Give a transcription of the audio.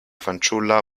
fanciulla